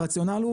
הרציונל הוא